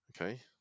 okay